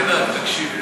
אל תדאג, תקשיב לו.